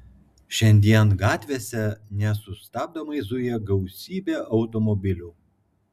šiandien gatvėse nesustabdomai zuja gausybė automobilių